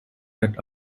that